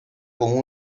con